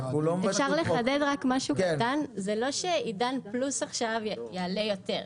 זה לא שעידן פלוס עכשיו יעלה יותר.